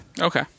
Okay